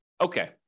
okay